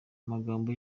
magambo